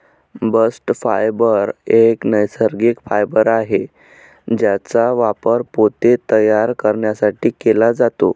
bast fibre एक नैसर्गिक fibre आहे ज्याचा वापर पोते तयार करण्यासाठी केला जातो